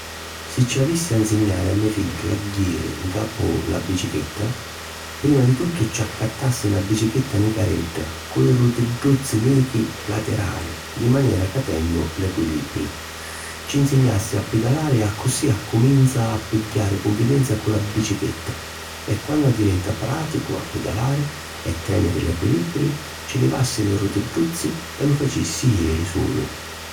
Si ci avissi a nsignari a me figghiu a jiri ncapu la bicichetta, prima di tuttu ci accattassi na bicichetta nicaredda cu li rutidduzzi nichi laterali di manera ca tennu l’equilibriu. Ci nsignassi a pidalari accussì accuminza a pigghiari cunfidenza cu la bicichetta e, quannu addiventa pràticu a pidalari e tèniri l’equilibriu, ci livassi li rutidduzzi e lu facissi jiri sulu.